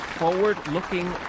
forward-looking